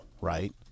right